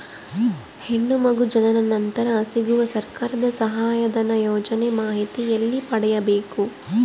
ಹೆಣ್ಣು ಮಗು ಜನನ ನಂತರ ಸಿಗುವ ಸರ್ಕಾರದ ಸಹಾಯಧನ ಯೋಜನೆ ಮಾಹಿತಿ ಎಲ್ಲಿ ಪಡೆಯಬೇಕು?